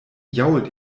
jault